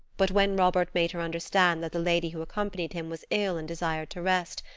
but when robert made her understand that the lady who accompanied him was ill and desired to rest,